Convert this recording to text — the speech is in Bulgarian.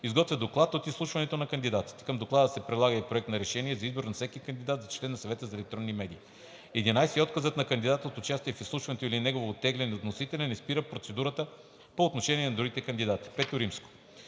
изготвя доклад от изслушването на кандидатите. Към доклада се прилага и проект на решение за избор на всеки кандидат за член на Съвета за електронни медии. 11. Отказът на кандидат от участие в изслушването или неговото оттегляне от вносителя не спира процедурата по отношение на другите кандидати. V. Избор